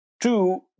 Two